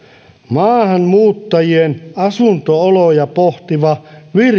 maahanmuuttajien asunto oloja pohtiva virkamies